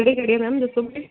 ਕਿਹੜੇ ਕਿਹੜੇ ਹੈ ਮੈਮ ਦੱਸੋਗੇ